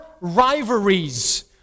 rivalries